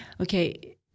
Okay